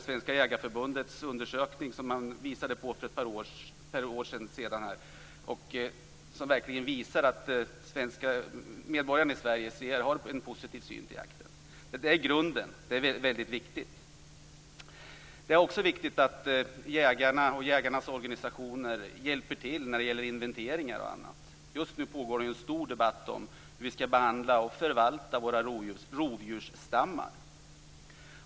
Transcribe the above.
Svenska Jägareförbundets undersökning för ett par år sedan visade verkligen att medborgarna i Sverige har en positiv syn på jakten. Detta är grunden. Det är väldigt viktigt. Det är också viktigt att jägarna och deras organisationer hjälper till med inventeringar och annat. Just nu pågår en stor debatt om hur vi skall behandla och förvalta våra rovdjursstammar.